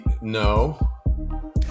no